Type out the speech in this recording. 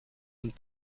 und